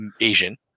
Asian